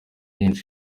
benshi